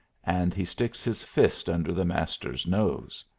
and he sticks his fist under the master's nose.